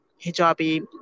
hijabi